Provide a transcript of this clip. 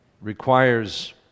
requires